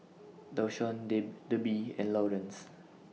Dashawn Debi and Laurence